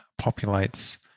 populates